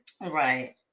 right